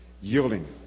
yielding